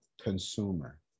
consumer